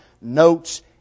notes